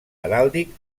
heràldic